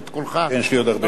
אפשר לשבת כאן.